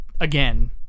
again